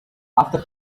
after